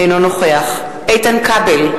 אינו נוכח איתן כבל,